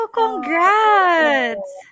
Congrats